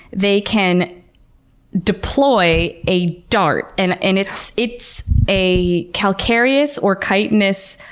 they can deploy a dart. and and it's it's a calcareous or chitinous,